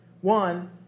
One